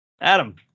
Adam